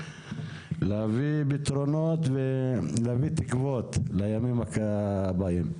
להביא פתרונות ולהביא תקוות לימים הבאים.